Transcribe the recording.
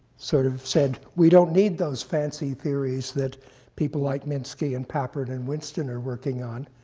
sort of said, we don't need those fancy theories that people, like minsky, and papert, and winston are working on.